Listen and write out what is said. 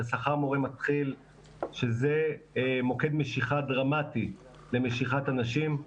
אלא שכר מורה מתחיל שזה מוקד משיכה דרמטי למשיכת אנשים.